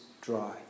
dry